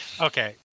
Okay